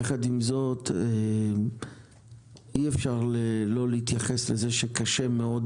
יחד עם זאת אי אפשר לא להתייחס לזה שקשה מאוד